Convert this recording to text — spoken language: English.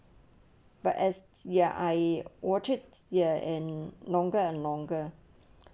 but as ya I orchard steer and longer and longer